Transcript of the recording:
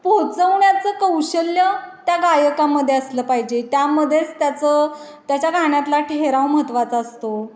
पोहोचवण्याचं कौशल्य त्या गायकामध्ये असलं पाहिजे त्यामध्येच त्याचं त्याच्या गाण्यातला ठेहराव महत्वाचा असतो